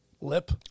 lip